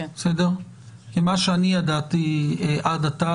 מה שאני ידעתי עד עתה,